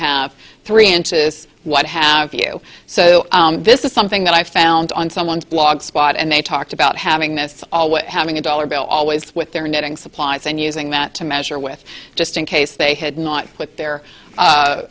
have three inches what have you so this is something that i found on someone's blog spot and they talked about having this always having a dollar bill always with their knitting supplies and using that to measure with just in case they had not put their